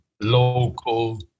local